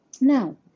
no